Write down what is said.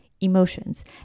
emotions